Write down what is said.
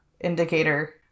indicator